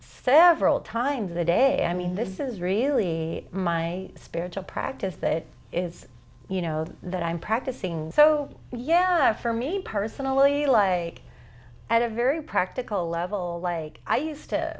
several times a day i mean this is really my spiritual practice that is you know that i'm practicing so yeah for me personally like at a very practical level like i used to